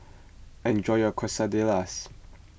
enjoy your Quesadillas